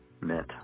meant